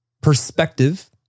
perspective